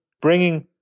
bringing